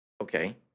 Okay